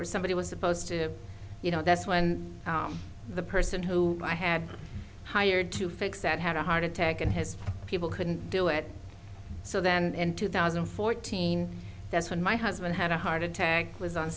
was somebody was supposed to you know that's when the person who i had hired to fix that had a heart attack and has people couldn't do it so then in two thousand and fourteen that's when my husband had a heart attack was on